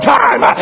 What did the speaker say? time